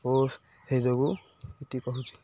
ଓ ସେଥିଯୋଗୁଁ ଏମିତି କହୁଛି